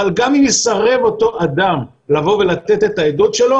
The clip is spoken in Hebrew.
אבל גם אם יסרב אותו אדם לבוא ולתת את העדות שלו